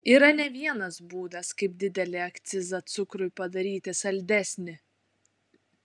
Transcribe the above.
yra ne vienas būdas kaip didelį akcizą cukrui padaryti saldesnį